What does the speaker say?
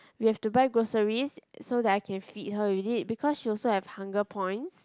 we have to buy groceries so that I can feed her with it because she also have hunger points